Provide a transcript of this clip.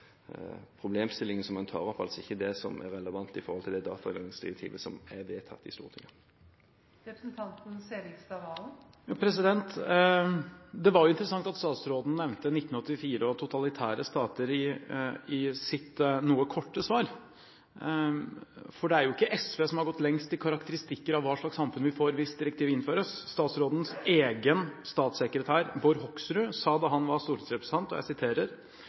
problemstillingen som han tar opp, er altså ikke relevant med hensyn til det datalagringsdirektivet som er vedtatt i Stortinget. Det var interessant at statsråden nevnte «1984» og totalitære stater i sitt noe korte svar. Det er jo ikke SV som har gått lengst i karakteristikker av hva slags samfunn vi får hvis direktivet innføres. Statsrådens egen statssekretær, Bård Hoksrud, sa da han var stortingsrepresentant: «Når Norge innfører datalagringsdirektivet, tar landet et stort skritt i retning av en politistat og